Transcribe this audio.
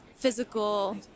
physical